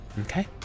Okay